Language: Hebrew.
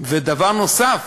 ודבר נוסף,